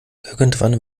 irgendwann